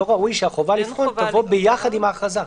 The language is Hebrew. האם לא ראוי שהחובה לבחון תבוא ביחד עם ההכרזה?